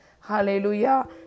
Hallelujah